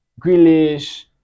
Grealish